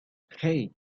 hey